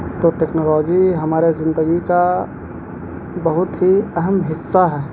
تو ٹیکنالوجی ہمارے زندگی کا بہت ہی اہم حصہ ہے